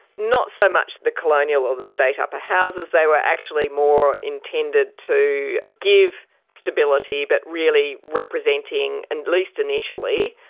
not so much the colonial or the state upper houses, they were actually more intended to give stability but really representing, at and least initially,